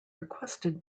requested